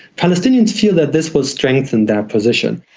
palestinians feel that this will strengthen their position.